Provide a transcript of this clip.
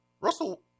Russell